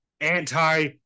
anti